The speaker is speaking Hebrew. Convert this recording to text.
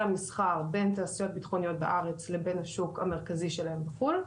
המסחר בין תעשיות בטחוניות בארץ לבין השוק המרכזי שלהן בחו"ל,